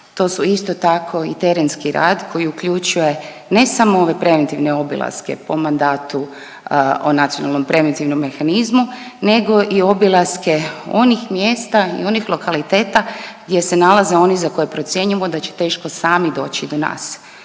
To su isto tako i terenski rad koji uključuje ne samo ove preventivne obilaske po mandatu o nacionalnom preventivnom mehanizmu nego i obilaske onih mjesta i onih lokaliteta gdje se nalaze oni za koje procjenjujemo da će teško sami doći do nas,